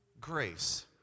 grace